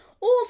old